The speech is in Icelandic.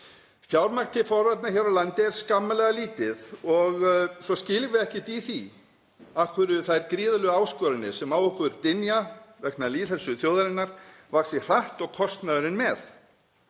Fjármagn til forvarna hér á landi er skammarlega lítið og svo skiljum við ekkert í því af hverju þær gríðarlegu áskoranir sem á okkur dynja vegna lýðheilsu þjóðarinnar vaxa hratt og kostnaðurinn með.